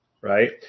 right